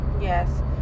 Yes